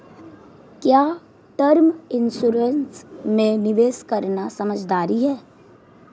क्या term insurance में निवेश करना समझदारी है?